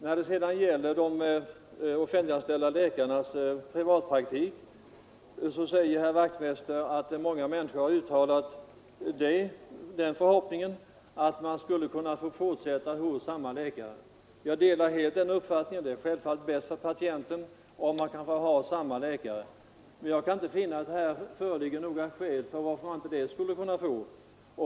När det gäller de offentliganställda läkarnas privatpraktik säger herr Wachtmeister att många människor har uttalat en förhoppning om att kunna få fortsätta hos samma läkare. Jag delar helt den förhoppningen. Det är självfallet bäst för patienten om han får ha samma läkare. Men jag kan inte finna att det här föreligger några skäl för att det inte skulle kunna gå.